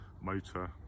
motor